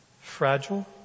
Fragile